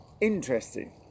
Interesting